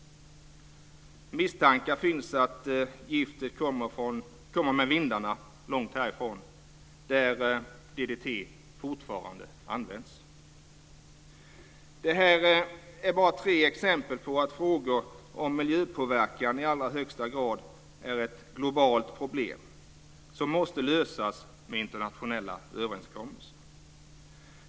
Misstankar finns att giftet kommer med vindarna långt härifrån där DDT fortfarande används. Detta är bara tre exempel på att frågor om miljöpåverkan i allra högsta grad är ett globalt problem som måste lösas med internationella överenskommelser.